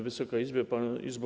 Wysoka Izbo!